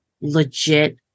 legit